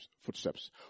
footsteps